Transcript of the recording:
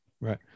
right